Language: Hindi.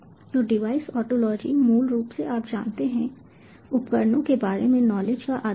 तो डिवाइस ओंटोलॉजी मूल रूप से आप जानते हैं उपकरणों के बारे में नॉलेज का आधार है